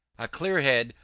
a clear head,